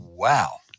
Wow